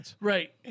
Right